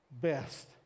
best